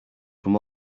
from